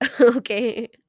Okay